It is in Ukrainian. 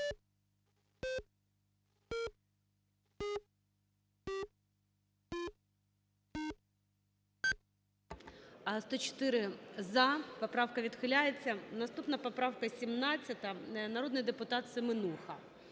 За-104 Поправка відхиляється. Наступна поправка 17, народний депутат Семенуха.